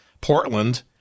Portland